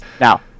Now